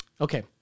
Okay